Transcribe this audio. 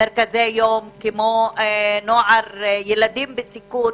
מרכזי יום, כמו נוער, ילדים בסיכון,